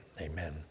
Amen